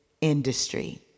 industry